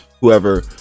whoever